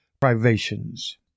privations